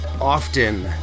often